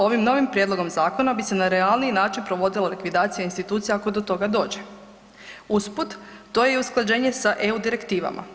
Ovim novim prijedlogom zakona bi se na realniji način provodila likvidacija institucija ako do toga dođe, uz put to je i usklađenje sa eu direktivama.